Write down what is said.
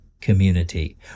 community